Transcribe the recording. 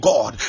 God